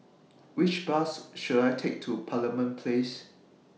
Which Bus should I Take to Parliament Place